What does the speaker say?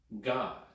God